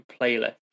playlist